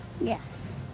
Yes